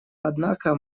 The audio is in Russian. однако